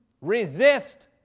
Resist